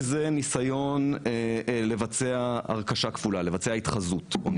תהיה הוראת שעה שנקצבו לה בהתחלה חמש שנים